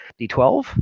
D12